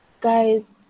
guys